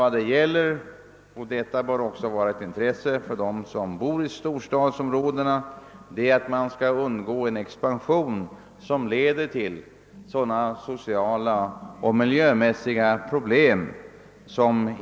Vad det gäller är i stället — och det bör vara ett intresse även för dem som bor i storstadsområdena — att undvika en expansion som leder till icke önskvärda sociala och miljömässiga problem.